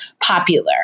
popular